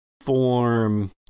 form